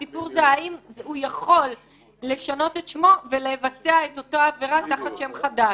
הסיפור זה האם הוא יכול לשנות את שמו ולבצע את אותה עבירה תחת שם חדש.